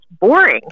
boring